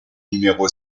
numéro